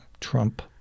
Trump